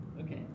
Okay